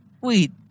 Wait